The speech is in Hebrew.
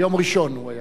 ביום ראשון הוא היה.